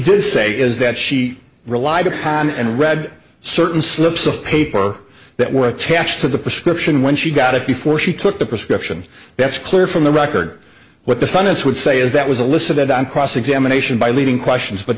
did say is that she relied upon and read certain slips of paper that were taxed for the prescription when she got it before she took the prescription that's clear from the record what the funnest would say is that was alyssa that on cross examination by leading questions but